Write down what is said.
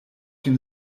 dem